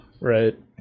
right